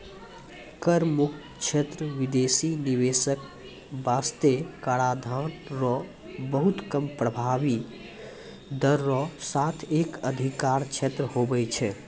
कर मुक्त क्षेत्र बिदेसी निवेशक बासतें कराधान रो बहुत कम प्रभाबी दर रो साथ एक अधिकार क्षेत्र हुवै छै